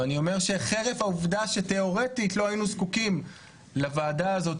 ואני אומר שחרף העובדה שתיאורטית לא היינו זקוקים לוועדה הזאת,